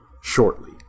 shortly